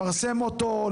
לפרסם אותו,